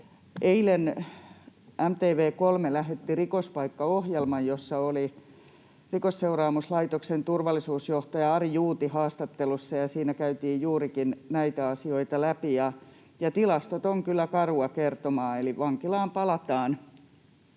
Eilen MTV3 lähetti Rikospaikka-ohjelman, jossa oli Rikosseuraamuslaitoksen turvallisuusjohtaja Ari Juuti haastattelussa, ja siinä käytiin juurikin näitä asioita läpi. Ja tilastot ovat kyllä karua kertomaa, eli vankilaan palataan.